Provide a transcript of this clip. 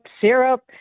syrup